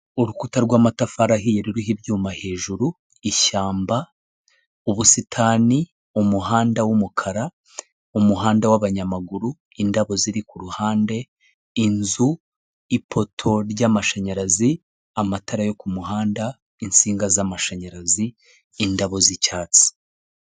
Urukuta rw'amatafari ahiye ruriho ibyuma hejuru ishyamba ubusitani umuhanda w'umukara mumuhanda wabanyamaguru, indabo ziri ku ruhande inzu ipoto ry'amashanyarazi amatara yo kumuhanda, insinga z'amashanyarazi indabo z'icyatsi.